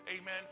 Amen